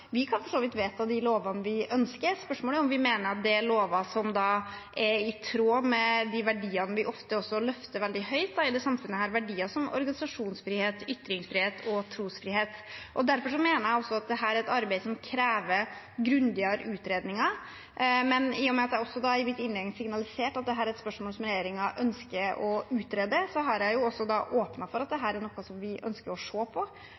vidt vedta de lovene vi ønsker. Spørsmålet er om vi mener det er lover som er i tråd med de verdiene vi ofte løfter veldig høyt i dette samfunnet – verdier som organisasjonsfrihet, ytringsfrihet og trosfrihet. Derfor mener jeg også at dette er et arbeid som krever grundigere utredninger. Men i og med at jeg i mitt innlegg signaliserte at dette er spørsmål som regjeringen ønsker å utrede, har jeg jo også åpnet for at dette er noe vi ønsker å se på.